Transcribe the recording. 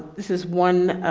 this is one